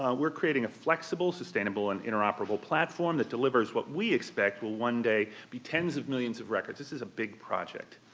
um we're creating a flexible, sustainable, and interoperable platform that delivers what we expect will one day be tens of millions of records. this is a big project.